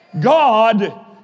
God